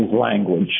language